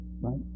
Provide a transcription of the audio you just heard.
right